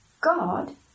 God